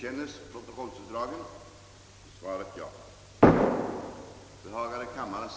Herr talman!